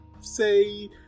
say